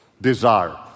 Desire